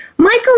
Michael